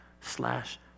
slash